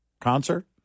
concert